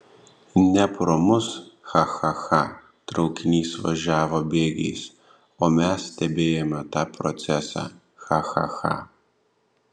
ne pro mus cha cha cha traukinys važiavo bėgiais o mes stebėjome tą procesą cha cha cha